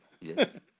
Yes